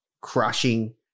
crushing